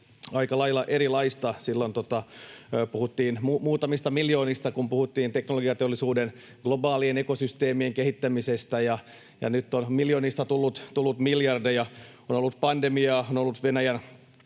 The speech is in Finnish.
aika lailla erilaista. Silloin puhuttiin muutamista miljoonista, kun puhuttiin teknologiateollisuuden globaalien ekosysteemien kehittämisestä, ja nyt on miljoonista tullut miljardeja. On ollut pandemiaa, on ollut Venäjän